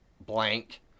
blank